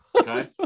Okay